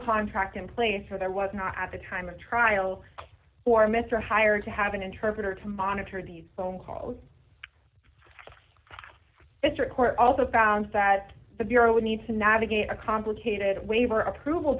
contract in place or there was not at the time of trial or mr hired to have an interpreter to monitor these phone calls its report also found that the bureau a need to navigate a complicated waiver approval